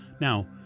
Now